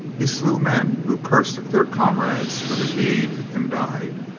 he slew men who cursed their comrades for the deed and died.